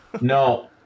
No